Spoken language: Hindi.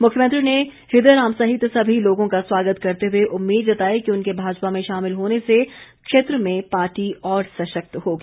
मुख्यमंत्री ने हृदय राम सहित सभी लोगों का स्वागत करते हुए उम्मीद जताई कि उनके भाजपा में शामिल होने से क्षेत्र में पार्टी और सशक्त होगी